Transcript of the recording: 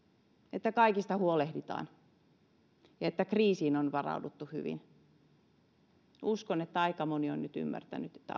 että kaikista huolehditaan ja että kriisiin on varauduttu hyvin uskon että aika moni on nyt ymmärtänyt että